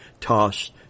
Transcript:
tossed